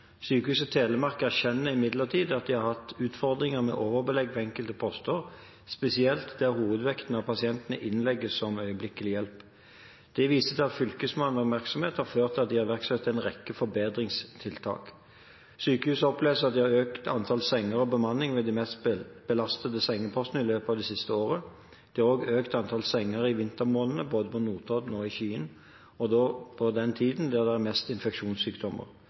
Sykehuset Telemark erkjenner imidlertid at de har hatt utfordringer med overbelegg på enkelte poster, spesielt der hovedvekten av pasientene innlegges som øyeblikkelig hjelp. De viser til at Fylkesmannens oppmerksomhet har ført til at de har iverksatt en rekke forbedringstiltak. Sykehuset opplyser at de har økt antallet senger og økt bemanningen ved de mest belastede sengepostene i løpet av det siste året. De har også økt antallet senger i vintermånedene – både på Notodden og i Skien – da det er på denne tiden det er mest infeksjonssykdommer.